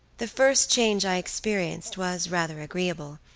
the first change i experienced was rather agreeable.